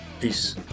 Peace